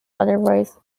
otherwise